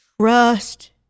Trust